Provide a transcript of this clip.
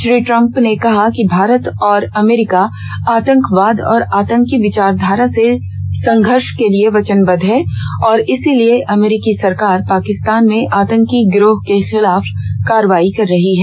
श्री ट्रम्पने कहा कि भारत और अमरीका आतंकवाद और आतंकी विचार धारा से संघर्ष के लिए वचनबद्व हैं और इसी लिए अमरीकी सरकार पाकिस्तान में आतंकी गिरोहों के खिलाफ कार्रवाई कर रही है